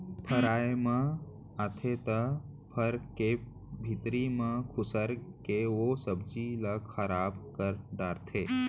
फर आए म आथे त फर के भीतरी म खुसर के ओ सब्जी ल खराब कर डारथे